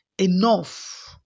enough